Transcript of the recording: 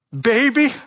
baby